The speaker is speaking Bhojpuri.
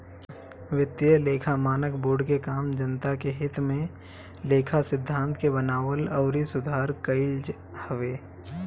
वित्तीय लेखा मानक बोर्ड के काम जनता के हित में लेखा सिद्धांत के बनावल अउरी सुधार कईल हवे